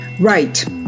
Right